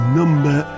number